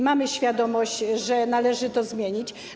Mamy świadomość, że należy to zmienić.